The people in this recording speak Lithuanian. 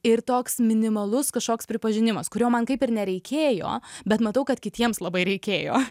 ir toks minimalus kažkoks pripažinimas kurio man kaip ir nereikėjo bet matau kad kitiems labai reikėjo